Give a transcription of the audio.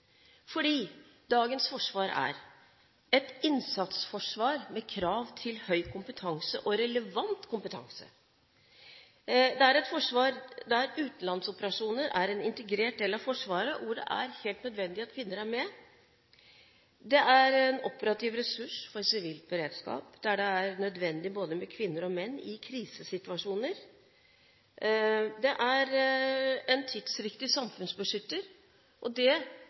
Dagens forsvar er et innsatsforsvar med krav til høy kompetanse og relevant kompetanse et forsvar der utenlandsoperasjoner er en integrert del, hvor det er helt nødvendig at kvinner er med en operativ ressurs for sivilt beredskap der det er nødvendig med både kvinner og menn i krisesituasjoner en tidsriktig samfunnsbeskytter, og det